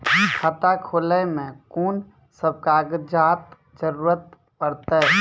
खाता खोलै मे कून सब कागजात जरूरत परतै?